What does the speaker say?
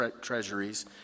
treasuries